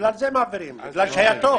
בגלל זה מעבירים, בגלל שהיה טוב.